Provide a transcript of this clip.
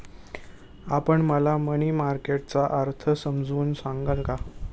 आपण मला money market चा अर्थ समजावून सांगाल का?